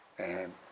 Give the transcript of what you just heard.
and